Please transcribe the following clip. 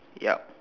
yup